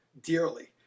dearly